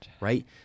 Right